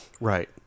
Right